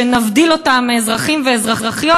שנבדיל אותם מאזרחים ואזרחיות,